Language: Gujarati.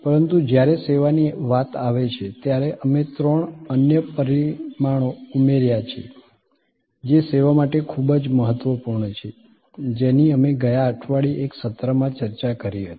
પરંતુ જ્યારે સેવાની વાત આવે છે ત્યારે અમે ત્રણ અન્ય પરિમાણો ઉમેર્યા છે જે સેવા માટે ખૂબ જ મહત્વપૂર્ણ છે જેની અમે ગયા અઠવાડિયે એક સત્રમાં ચર્ચા કરી હતી